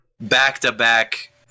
back-to-back